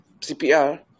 cpr